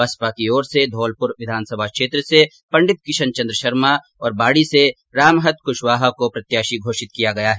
बसपा की ओर से धौलपुर विधानसभा क्षेत्र से पंडित किशनचन्द्र शर्मा और बाडी से रामहत कुशवाह को प्रत्याशी घोषित किया गया है